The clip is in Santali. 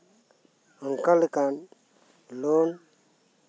ᱱᱚᱝᱠᱟ ᱞᱮᱠᱟᱱ ᱞᱳᱱ